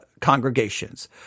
congregations